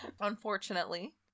Unfortunately